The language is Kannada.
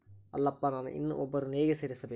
ಅಲ್ಲಪ್ಪ ನಾನು ಇನ್ನೂ ಒಬ್ಬರನ್ನ ಹೇಗೆ ಸೇರಿಸಬೇಕು?